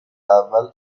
اول